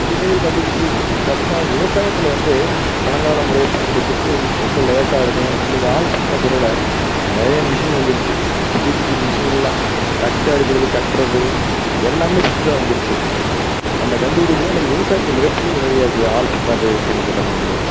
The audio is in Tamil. புதுமைகள் கண்டுப்பிடிக்கிறது போய்விட்டு பார்த்தோம்னா அது விவசாயத்தில் வந்து பழங்கால முறையை பயன்படுத்திகிட்டு ரொம்ப லேட்டாக இருக்கும் இன்னிக்கி ஆள் பற்றாக்குறையில் நிறையா மிஷின் வந்துடுச்சு புதுப்புது மிஷினெலாம் தட்டை எடுக்கிறது கட்டுறது எல்லாமே புதுசாக வந்துடுச்சு அந்த கண்டுப்பிடிப்புல இன்னிக்கி விவசாயத்துக்கு மிகப்பெரிய உதவியாக இருக்குது ஆள் பற்றாக்குறை இருக்கக்கூடிய இந்த சமயங்களில்